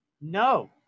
No